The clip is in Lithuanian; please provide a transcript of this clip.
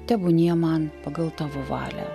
tebūnie man pagal tavo valią